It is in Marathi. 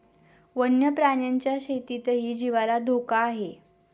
वन्य प्राण्यांच्या शेतीतही जीवाला धोका आहे